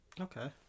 Okay